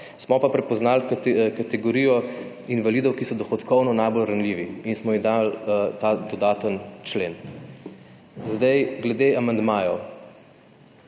Smo pa prepoznal kategorijo invalidov, ki so dohodkovno najbolj ranljivi in smo jim dal ta dodaten člen. Zdaj, glede amandmajev.